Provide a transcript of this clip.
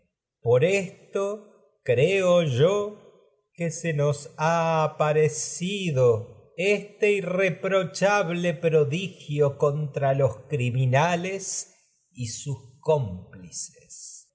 por esto este creo yo se nos ha aparecido irreprochahay una laguna en el original electra ble prodigio contra los criminales y sus cómplices